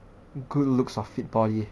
good looks or fit body